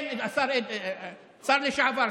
כן, שר הפנים לשעבר.